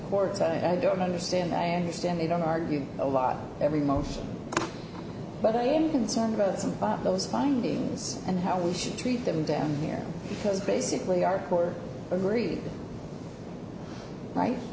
courts i don't understand i understand they don't argue a lot every motion but i am concerned about some of those findings and how we should treat them down here because basically our court agreed